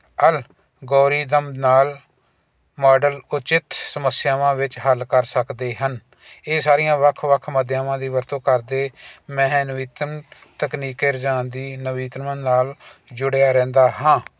L ਗੋਰੀਦਮ ਨਾਲ model ਉਚਿਤ ਸਮੱਸਿਆਵਾਂ ਵਿੱਚ ਹੱਲ ਕਰ ਸਕਦੇ ਹਨ ਇਹ ਸਾਰੀਆਂ ਵੱਖ ਵੱਖ ਮਾਧਿਅਮਾਂ ਦੀ ਵਰਤੋਂ ਕਰਦੇ ਮੈਂ ਨਵੀਨਤਮ ਤਕਨੀਕ ਰੁਝਾਨ ਦੀ ਨਵੀਤਨਮ ਨਾਲ ਜੁੜਿਆ ਰਹਿੰਦਾ ਹਾਂ